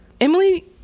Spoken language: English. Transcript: Emily